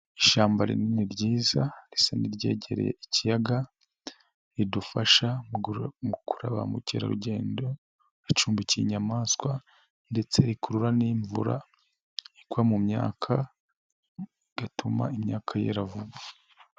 Ishyamba rinini ryiza risa n'iryegereye ikiyaga, ridufasha mu gukurura ba mukerarugendo, acumbikiye inyamaswa, ndetse rikurura n'imvura igwa mu myaka igatuma imyaka yera vuba.